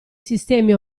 sistemi